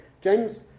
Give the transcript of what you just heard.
James